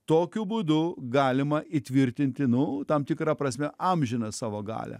tokiu būdu galima įtvirtinti nu tam tikra prasme amžiną savo galią